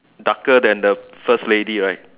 darker than the first lady right